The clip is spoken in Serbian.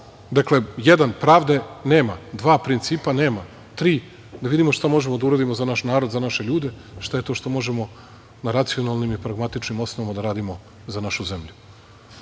dakle jedan - pravde nema, dva - principa nema, tri – da vidimo šta možemo da uradimo za naš narod, za naše ljude, šta je to što možemo na racionalnim i pragmatičnim osnovama da radio za našu